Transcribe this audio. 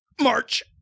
March